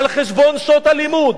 על חשבון שעות הלימוד,